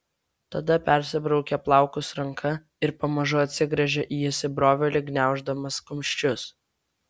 tada persibraukia plaukus ranka ir pamažu atsigręžia į įsibrovėlį gniauždamas kumščius